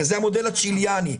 הרי זה המודל הצ'יליאני.